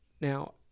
Now